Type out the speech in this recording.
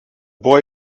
boy